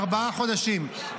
ארבעה חודשים.